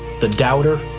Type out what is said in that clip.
the doubter,